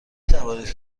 توانید